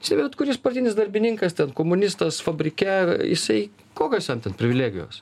čia bet kuris partinis darbininkas ten komunistas fabrike jisai kokios jam ten privilegijos